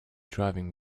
driving